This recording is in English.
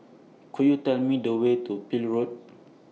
Could YOU Tell Me The Way to Peel Road